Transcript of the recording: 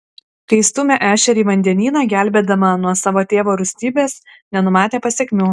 kai įstūmė ešerį į vandenyną gelbėdama nuo savo tėvo rūstybės nenumatė pasekmių